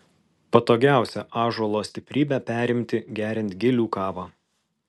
patogiausia ąžuolo stiprybę perimti geriant gilių kavą